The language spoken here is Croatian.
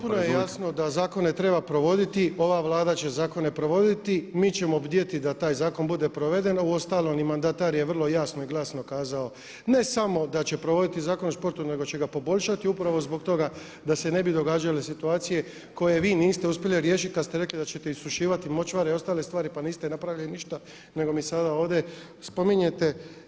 Dakle potpuno je jasno da zakone treba provoditi, ova Vlada će zakone provoditi, mi ćemo bdjeti da taj zakon bude proveden a uostalom i mandatar je vrlo jasno i glasno kazao ne samo da će provoditi Zakon o sportu nego će ga poboljšati i upravo zbog toga da se ne bi događale situacije koje vi niste uspjeli riješiti kada ste rekli da ćete isušivati močvare i ostale stvari pa niste napravili ništa nego mi sada ovdje spominjete.